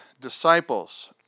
disciples